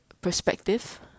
perspective